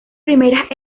primeras